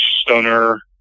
stoner